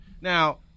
now